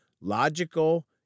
logical